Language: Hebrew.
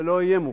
ולא אהיה מוכן,